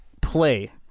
play